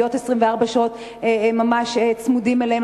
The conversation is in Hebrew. להיות 24 שעות ממש צמודים אליהם,